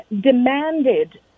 demanded